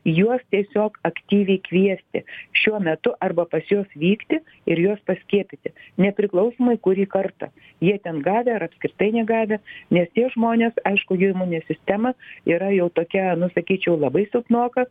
juos tiesiog aktyviai kviesti šiuo metu arba pas juos vykti ir juos paskiepyti nepriklausomai kurį kartą jie ten gavę ar apskritai negavę nes tie žmonės aišku jų imuninė sistema yra jau tokia nu sakyčiau labai silpnoka